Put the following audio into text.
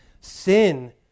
Sin